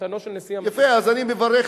אבל לפנינו עוד דרך ארוכה,